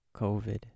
COVID